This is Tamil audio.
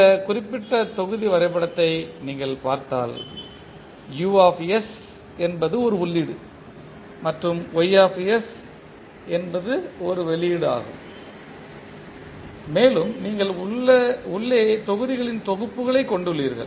இந்த குறிப்பிட்ட தொகுதி வரைபடத்தை நீங்கள் பார்த்தால் U என்பது ஒரு உள்ளீடு மற்றும் Y என்பது ஒரு வெளியீடு ஆகும் மேலும் நீங்கள் உள்ளே தொகுதிகளின் தொகுப்புகளை கொண்டுள்ளீர்கள்